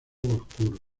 oscuro